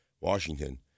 Washington